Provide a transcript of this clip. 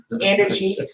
energy